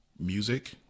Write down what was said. music